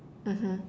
mmhmm